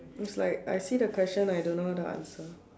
is like I see the question I don't know how to answer